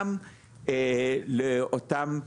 גם לאותם,